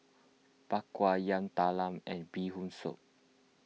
Bak Kwa Yam Talam and Bee Hoon Soup